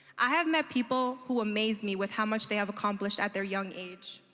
i have met people who amaze me with how much they have accomplished at their young age.